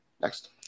Next